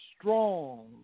strong